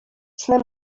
snem